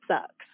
sucks